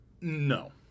No